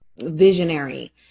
visionary